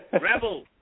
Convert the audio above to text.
Rebel